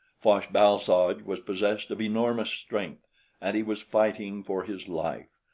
fosh-bal-soj was possessed of enormous strength and he was fighting for his life.